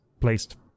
placed